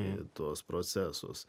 į tuos procesus